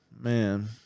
Man